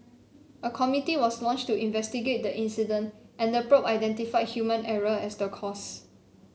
a committee was launched to investigate the incident and the probe identified human error as the cause